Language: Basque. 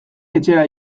etxera